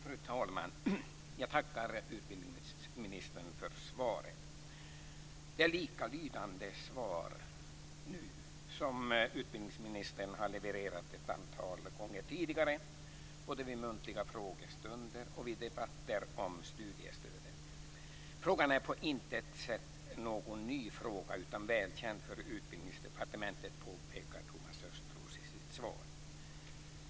Fru talman! Jag tackar utbildningsministern för svaret. Det är ett likalydande svar som utbildningsministern har levererat ett antal gånger tidigare, både vid muntliga frågestunder och i debatter om studiestödet. Frågan är på intet sätt ny utan väl känd för Utbildningsdepartementet, påpekar Thomas Östros i sitt svar.